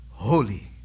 Holy